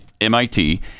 MIT